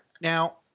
Now